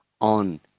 on